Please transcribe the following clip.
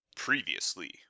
Previously